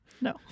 No